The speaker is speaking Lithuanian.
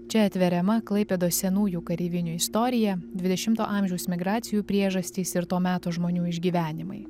čia atveriama klaipėdos senųjų kareivinių istorija dvidešimto amžiaus migracijų priežastys ir to meto žmonių išgyvenimai